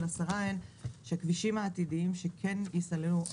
השרה הן שהכבישים העתידיים שכן ייסללו,